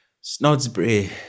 Snodsbury